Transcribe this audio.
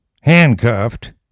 handcuffed